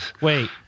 Wait